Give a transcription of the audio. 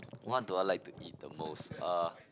what do I like to eat the most uh